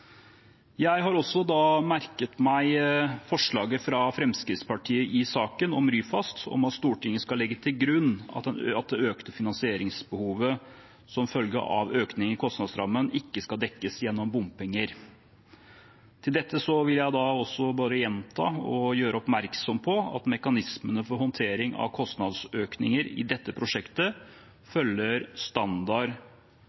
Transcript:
Jeg har også merket meg forslaget fra Fremskrittspartiet i saken om Ryfast, om at Stortinget skal legge til grunn at det økte finansieringsbehovet, som kommer som følge av økningen i kostnadsrammen, ikke skal dekkes inn gjennom bompenger. Til dette vil jeg gjenta og gjøre oppmerksom på at mekanismene for håndtering av kostnadsøkninger i dette prosjektet